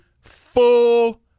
full